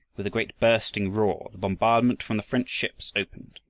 with a great bursting roar, the bombardment from the french ships opened.